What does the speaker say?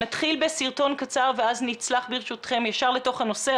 נתחיל בסרטון קצר ואז נצלול ישר לתוך הנושא.